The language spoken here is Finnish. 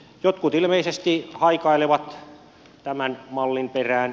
jotkut ilmeisesti haikailevat tämän mallin perään